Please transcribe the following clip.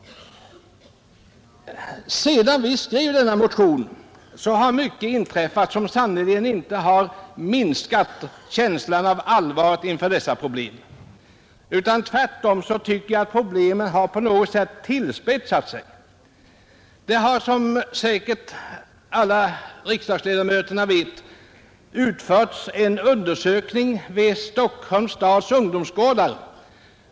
Sedan vi väckte vår motion har mycket inträffat som sannerligen inte minskat känslan av allvar inför detta problem. Jag tycker tvärtom att problemet på något sätt tillspetsats. Som säkert många riksdagsledamöter vet har det utförts en undersökning vid Stockholms stads ungdomsgårdar.